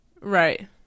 Right